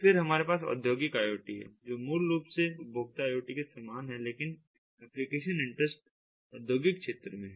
फिर हमारे पास औद्योगिक IoT है जो मूल रूप से उपभोक्ता IoT के समान है लेकिन एप्लीकेशन इंटरेस्ट औद्योगिक क्षेत्र में है